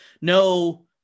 no